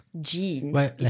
gene